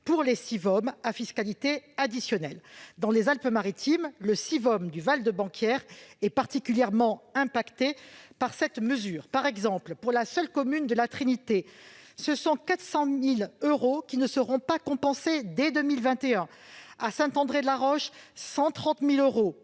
pour les Sivom à fiscalité additionnelle. Dans les Alpes-Maritimes, le Sivom Val de Banquière est particulièrement impacté par cette mesure. Pour la seule commune de La Trinité, par exemple, 400 000 euros ne seront pas compensés dès 2021 ; à Saint-André-de-la-Roche, 130 000 euros